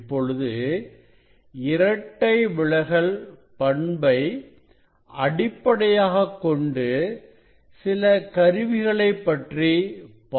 இப்பொழுது இரட்டை விலகல் பண்பை அடிப்படையாகக்கொண்டு செயல்படும் சில கருவிகளை பற்றி பார்க்கலாம்